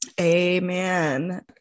Amen